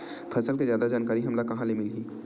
फसल के जादा जानकारी हमला कहां ले मिलही?